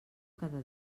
cada